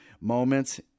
moments